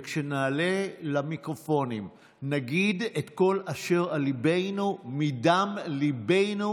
וכשנעלה למיקרופונים נגיד את כל אשר על ליבנו מדם ליבנו,